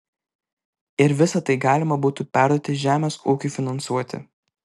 ir visa tai galima būtų perduoti žemės ūkiui finansuoti